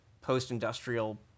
post-industrial